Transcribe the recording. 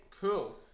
cool